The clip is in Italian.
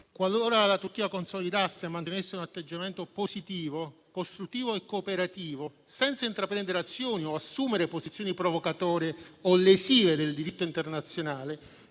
Qualora la Turchia consolidasse e mantenesse un atteggiamento positivo, costruttivo e cooperativo, senza intraprendere azioni o assumere posizioni provocatori o lesive del diritto internazionale,